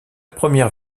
première